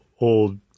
old